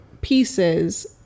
pieces